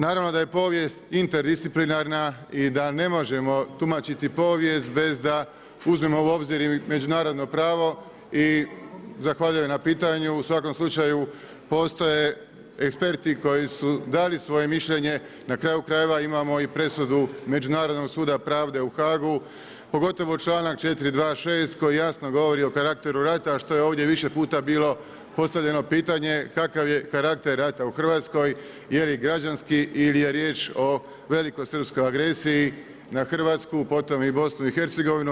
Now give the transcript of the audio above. Naravno da je povijest interdisciplinarna i da ne možemo tumačiti povijest bez da uzmemo u obzir i međunarodno pravo i zahvaljujem na pitanju u svakom slučaju postoje eksperti koji su dali svoje mišljenje, na kraju krajeva imamo i presudu Međunarodnog suda pravde u Haagu pogotovo članak 426. koji jasno govori o karakteru rata a što je ovdje više puta bilo postavljeno pitanje kakav je karakter rata u Hrvatskoj je li građanski ili je riječ o velikosrpskoj agresiji na Hrvatsku, a potom i Bosnu i Hercegovinu.